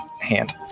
hand